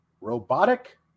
Robotic